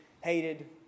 hated